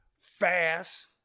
Fast